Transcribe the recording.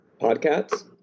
Podcasts